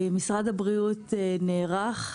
משרד הבריאות נערך,